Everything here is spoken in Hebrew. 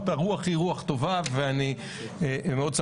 הוא יאהב אותו מאוד.